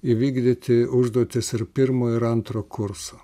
įvykdyti užduotis ir pirmo ir antro kurso